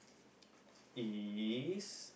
is